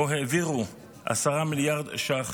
שבו העבירו 10 מיליארד ש"ח